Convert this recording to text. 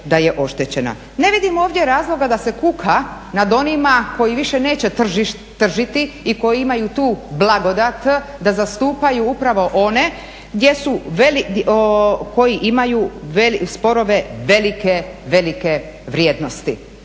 Ne vidim ovdje razloga da se kuka nad onima koji više neće tržiti i koji imaju tu blagodat da zastupaju upravo one koji imaju sporove velike vrijednosti.